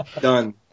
Done